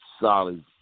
Solid